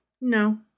No